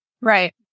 right